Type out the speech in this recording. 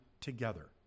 together